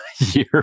year